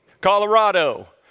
Colorado